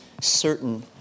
certain